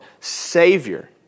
Savior